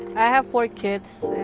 i have four kids.